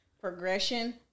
progression